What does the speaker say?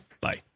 Bye